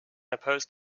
opposed